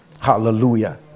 Hallelujah